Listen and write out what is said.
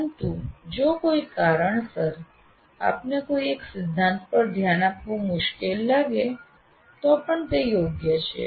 પરંતુ જો કોઈ કારણોસર આપને કોઈ એક સિદ્ધાંત પર ધ્યાન આપવું મુશ્કેલ લાગે તો પણ તે યોગ્ય છે